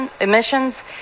emissions